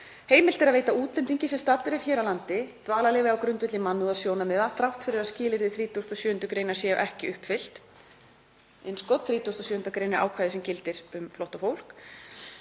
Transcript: „Heimilt er að veita útlendingi sem staddur er hér á landi dvalarleyfi á grundvelli mannúðarsjónarmiða, þrátt fyrir að skilyrði 37. gr. séu ekki uppfyllt“ — 37. gr. er ákvæði sem gildir um flóttafólk